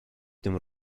tym